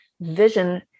vision